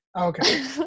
Okay